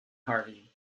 harvey